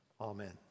Amen